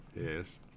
Yes